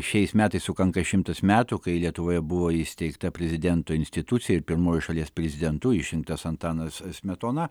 šiais metais sukanka šimtas metų kai lietuvoje buvo įsteigta prezidento institucija ir pirmuoju šalies prezidentu išrinktas antanas smetona